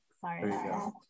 Sorry